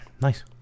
Nice